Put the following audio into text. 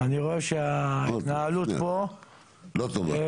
אני רואה שההתנהלות פה -- לא טובה.